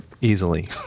easily